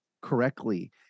correctly